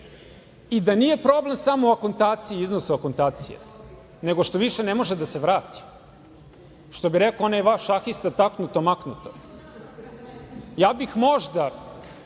i da nije problem samo akontacija i iznos akontacije, nego što više ne može da se vrati. Što bi rekao onaj vaš šahista – taknuto, maknuto. Ja bih možda,